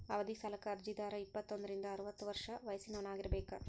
ಅವಧಿ ಸಾಲಕ್ಕ ಅರ್ಜಿದಾರ ಇಪ್ಪತ್ತೋಂದ್ರಿಂದ ಅರವತ್ತ ವರ್ಷ ವಯಸ್ಸಿನವರಾಗಿರಬೇಕ